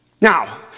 Now